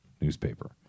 newspaper